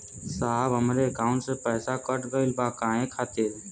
साहब हमरे एकाउंट से पैसाकट गईल बा काहे खातिर?